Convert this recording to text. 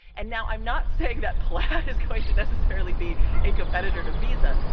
and now i'm not saying that plan is going to necessarily be a competitor to visa,